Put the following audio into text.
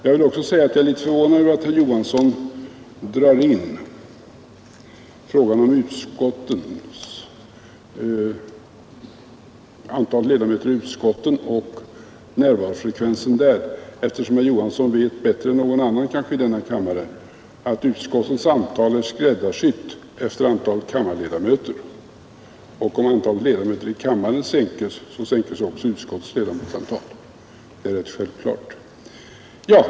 Jag vill också säga att jag är litet förvånad över att herr Johansson drog in frågan om antalet ledamöter i utskotten och närvarofrekvensen där, eftersom herr Johansson vet — kanske bättre än någon annan i denna kammare — att utskottens ledamotsantal är skräddarsytt efter antalet kammarledamöter; om antalet ledamöter i kammaren sänks, så sänks naturligtvis också utskottens ledamotsantal. Det är självklart.